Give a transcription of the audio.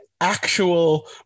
actual